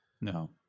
no